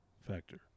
factor